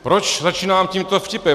Proč začínám tímto vtipem.